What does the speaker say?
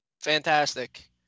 fantastic